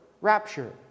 rapture